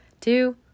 Two